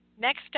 Next